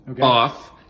off